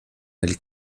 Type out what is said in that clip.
del